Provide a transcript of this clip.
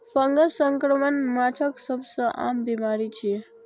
fungus संक्रमण माछक सबसं आम बीमारी छियै